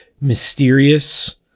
mysterious